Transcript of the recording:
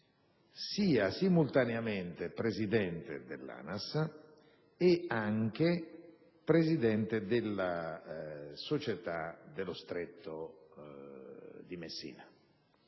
sia simultaneamente presidente dell'ANAS e presidente della società Stretto di Messina,